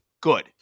Good